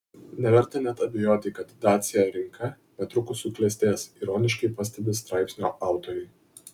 neverta net abejoti kad dacia rinka netrukus suklestės ironiškai pastebi straipsnio autoriai